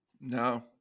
No